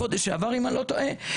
בחודש שעבר אם אני לא טועה,